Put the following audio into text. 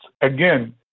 again